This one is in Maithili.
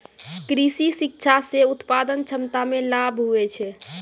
कृषि शिक्षा से उत्पादन क्षमता मे लाभ हुवै छै